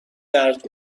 درد